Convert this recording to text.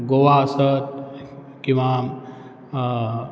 गोवा आसत किंवा